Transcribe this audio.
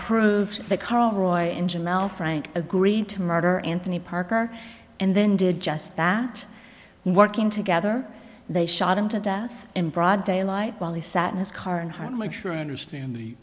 proves that karl rove engine mel frank agreed to murder anthony parker and then did just that and working together they shot him to death in broad daylight while he sat in his car and hard to make sure i understand